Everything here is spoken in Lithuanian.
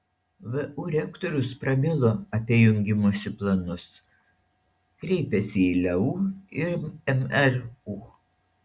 vu rektorius prabilo apie jungimosi planus kreipėsi į leu ir mru